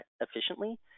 efficiently